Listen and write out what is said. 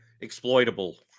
exploitable